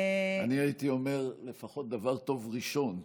אני הייתי אומר, לפחות דבר טוב ראשון.